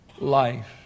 Life